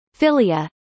Philia